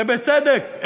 ובצדק,